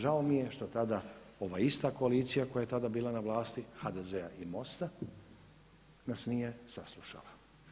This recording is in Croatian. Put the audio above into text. Žao mi je što tada ova ista koalicija koja je tada bila na vlasti HDZ-a i MOST-a nas nije saslušala.